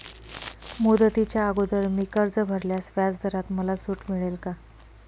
मुदतीच्या अगोदर मी कर्ज भरल्यास व्याजदरात मला सूट मिळेल का?